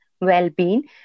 well-being